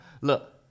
Look